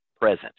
present